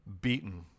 beaten